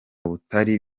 butari